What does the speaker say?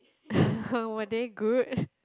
were they good